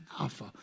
alpha